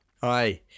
Hi